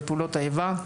בפעולות איבה.